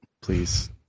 please